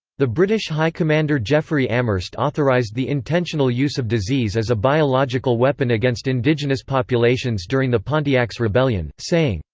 the british high commander jeffery amherst authorized the intentional use of disease as a biological weapon against indigenous populations during the pontiac's rebellion, saying,